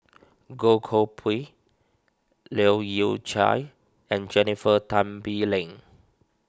Goh Koh Pui Leu Yew Chye and Jennifer Tan Bee Leng